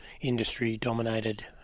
industry-dominated